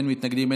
אין מתנגדים,